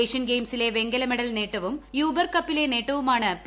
Asian ഗെയിംസിലെ വെങ്ക ല മെഡൽ നേട്ടവും യൂബർ കപ്പിലെ നേട്ടവുമാണ് പി